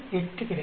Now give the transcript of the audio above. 8 கிடைக்கும்